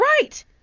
right